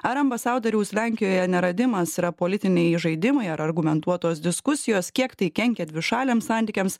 ar ambasadoriaus lenkijoje neradimas yra politiniai žaidimai ar argumentuotos diskusijos kiek tai kenkia dvišaliams santykiams